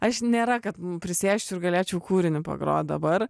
aš nėra kad prisėsčiau ir galėčiau kūrinį pagrot dabar